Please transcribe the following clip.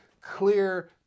clear